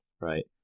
right